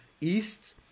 east